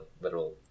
literal